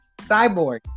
Cyborg